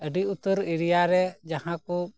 ᱟᱹᱰᱤ ᱩᱛᱟᱹᱨ ᱴᱚᱴᱷᱟ ᱨᱮ ᱡᱟᱦᱟᱸ ᱠᱚ